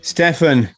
Stefan